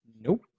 Nope